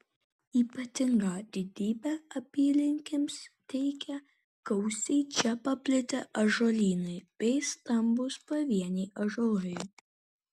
ypatingą didybę apylinkėms teikia gausiai čia paplitę ąžuolynai bei stambūs pavieniai ąžuolai